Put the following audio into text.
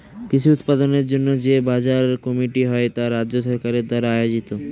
কৃষি উৎপাদনের জন্য যে বাজার কমিটি হয় তা রাজ্য সরকার দ্বারা আয়োজিত